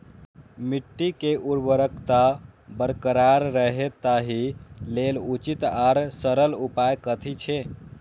मिट्टी के उर्वरकता बरकरार रहे ताहि लेल उचित आर सरल उपाय कथी छे?